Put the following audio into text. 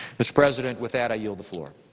mr. president, with that, i yield the floor.